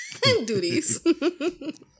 duties